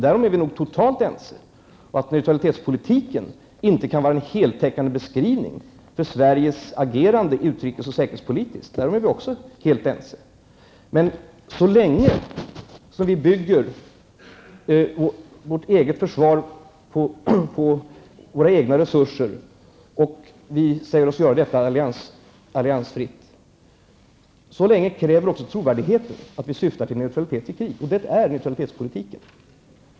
Därom är vi dock totalt ense. Att neutralitetspolitiken inte kan vara en heltäckande beskrivning av Sveriges agerande utrikespolitiskt och säkerhetspolitiskt är vi också ense om. Men så länge vi bygger vårt eget försvar på våra egna resurser och säger oss göra detta alliansfritt, så länge kräver också trovärdigheten att vi syftar till neutralitet i krig. Det är neutralitetspolitik.